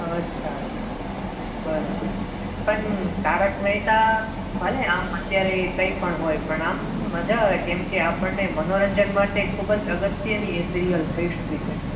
અચ્છા અચ્છા બરાબર પણ તારક મહેતા ભલે આમ અત્યારે એ કંઈ પણ હોય પણ આમ મજા આવે કેમકે આપણને મનોરંજન માટે ખૂબ જ અગત્યની એ સિરિયલ થઈ ચૂકી છે